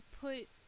put